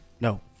no